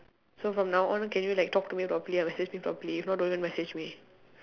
so from now on can you like talk to me properly and message me properly if not don't even message me